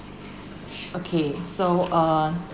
okay so uh